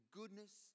goodness